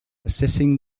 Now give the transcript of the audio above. assessing